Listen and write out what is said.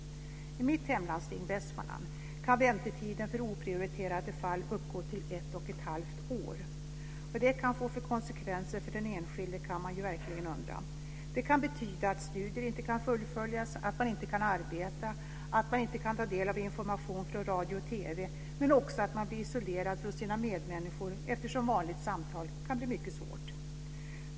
I mitt hemlandsting, Västmanland, kan väntetiden för oprioriterade fall uppgå till ett halvt år. Vad det kan få för konsekvenser för den enskilde kan man verkligen fundera på. Det kan betyda att studier inte kan fullföljas, att man inte kan arbeta och att man inte kan ta del av information från radio och TV - men också att man blir isolerad från sina medmänniskor eftersom ett vanligt samtal kan bli mycket svårt.